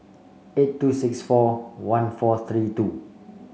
eight two six four one four three two